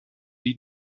die